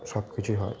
সব কিছুই হয়